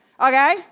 okay